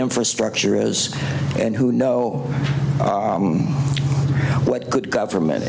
infrastructure is and who know what good government